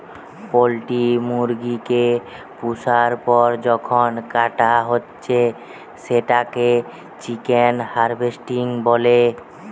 poultry মুরগি কে পুষার পর যখন কাটা হচ্ছে সেটাকে চিকেন হার্ভেস্টিং বলে